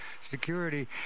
security